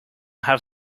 have